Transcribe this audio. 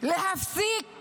להפסיק